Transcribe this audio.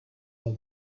all